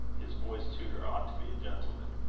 his boy's tutor ought to be a gentleman.